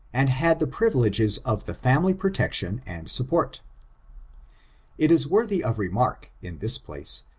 and had the privileges of the family protection and support it is worthy of remark, in this place,